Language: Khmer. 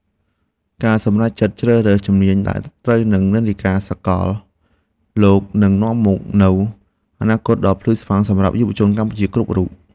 ការសម្រេចចិត្តជ្រើសរើសជំនាញដែលត្រូវនឹងនិន្នាការសកលលោកនឹងនាំមកនូវអនាគតដ៏ភ្លឺស្វាងសម្រាប់យុវជនកម្ពុជាគ្រប់រូប។